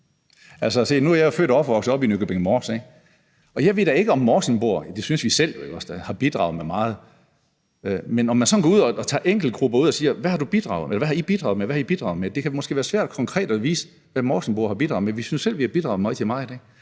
Nu er jeg jo født og opvokset oppe i Nykøbing Mors, og jeg ved da ikke, om morsingboer – det synes vi selv – har bidraget med meget. Men med hensyn til at tage enkeltgrupper ud og spørge, hvad de har bidraget med, så kan det måske f.eks. være svært konkret at vise, hvad morsingboer har bidraget med. Vi synes selv, vi har bidraget med rigtig meget,